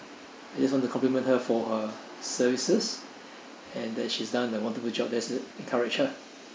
I just want to compliment her for her services and that she's done a wonderful job that's to encourage her